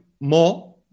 more